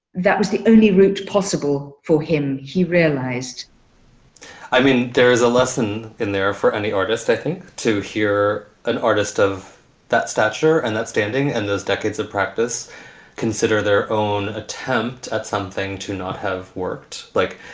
that was the only route possible for him he realized i mean, there is a lesson in there for any artist. i think to hear an artist of that stature and that standing and those decades of practice consider their own attempt at something to not have worked like.